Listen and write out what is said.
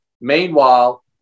Meanwhile